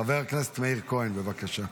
חבר הכנסת מאיר כהן, בבקשה.